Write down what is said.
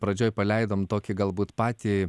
pradžioj paleidom tokį galbūt patį